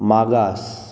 मागास